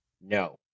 No